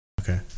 Okay